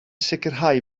sicrhau